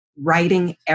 writing